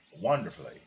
wonderfully